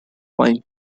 line